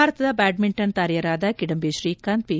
ಭಾರತದ ಬ್ಯಾಡ್ಸಿಂಟನ್ ತಾರೆಯರಾದ ಕಿಡಂಬ ಶ್ರೀಕಾಂತ್ ಪಿ